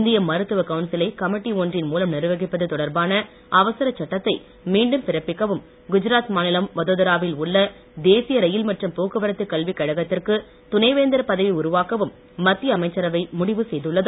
இந்திய மருத்துவ கவுன்சிலை கமிட்டி ஒன்றின் மூலம் நிர்வகிப்பது தொடர்பான அவசரச் சட்டத்தை மீண்டும் பிறப்பிக்கவும் குஜராத் மாநிலம் வதோதரா வில் உள்ள தேசிய ரயில் மற்றும் போக்குவரத்து கல்விக் கழகத்திற்கு துணை வேந்தர் பதவி உருவாக்கவும் மத்திய அமைச்சரவை முடிவு செய்துள்ளது